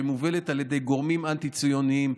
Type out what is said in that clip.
שמובלת על ידי גורמים אנטי-ציוניים,